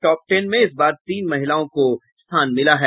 top ten में इस बार तीन महिलाओं को स्थान मिला है